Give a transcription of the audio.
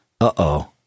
Uh-oh